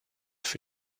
für